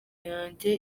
yanjye